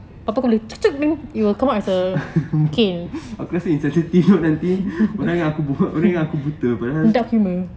aku rasa macam insensitive oh nanti orang ingat aku buta padahal